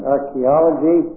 Archaeology